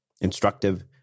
instructive